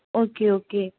okay okay